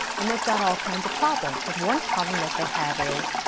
and they've got all kinds of problems. and one problem that they have is,